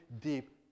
deep